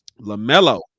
LaMelo